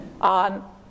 on